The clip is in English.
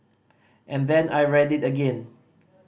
and then I read it again